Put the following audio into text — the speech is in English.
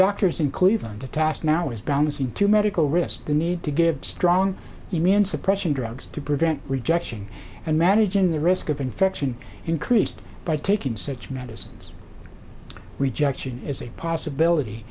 doctors in cleveland the task now is balancing two medical risks the need to give strong immune suppression drugs to prevent rejection and managing the risk of infection increased by taking such medicines rejection is a possibility